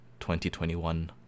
2021